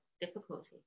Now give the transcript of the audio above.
difficulty